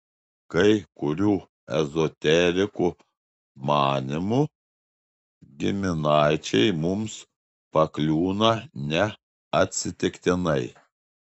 kai kurių ezoterikų manymu giminaičiai mums pakliūna ne atsitiktinai